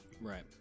right